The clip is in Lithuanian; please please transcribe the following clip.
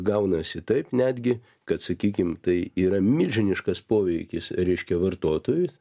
gaunasi taip netgi kad sakykim tai yra milžiniškas poveikis reiškia vartotojui